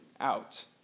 out